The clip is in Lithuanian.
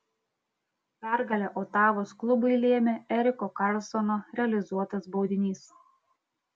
pergalę otavos klubui lėmė eriko karlsono realizuotas baudinys